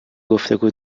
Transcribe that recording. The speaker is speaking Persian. گفتگو